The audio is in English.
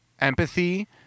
empathy